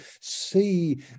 see